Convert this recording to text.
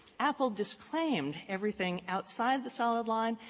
apple disclaimed everything outside the solid line.